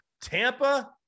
Tampa